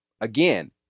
Again